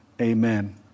Amen